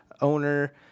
owner